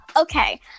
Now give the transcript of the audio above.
Okay